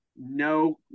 No